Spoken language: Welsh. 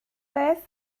beth